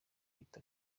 ahita